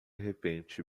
repente